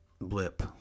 blip